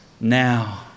now